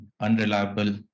unreliable